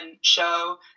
show